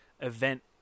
event